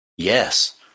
Yes